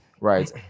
right